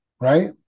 right